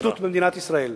לשחיתות במדינת ישראל.